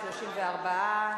34,